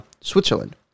Switzerland